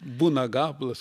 būna gabalas